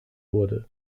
wurde